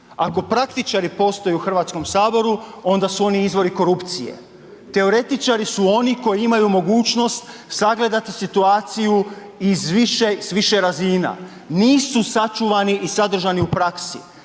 Ako praktičari postoje u HS onda su oni izvori korupcije, teoretičari su oni koji imaju mogućnost sagledati situaciju iz više, s više razina, nisu sačuvani i sadržani u praksi,